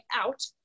out